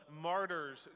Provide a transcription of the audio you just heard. martyrs